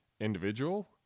individual